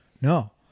no